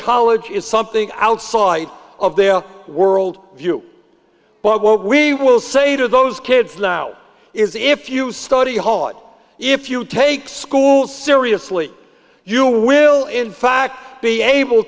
college is something outside of their world view but what we will say to those kids now is if you study hall if you take school seriously you will in fact be able